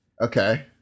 Okay